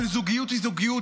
של זוגיות היא זוגיות,